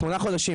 שמונה חודשים,